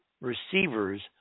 receivers